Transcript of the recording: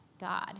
God